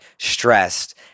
stressed